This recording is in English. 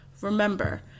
Remember